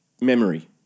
memory